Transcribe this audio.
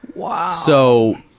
wow! so,